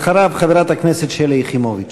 אחריו, חברת הכנסת שלי יחימוביץ.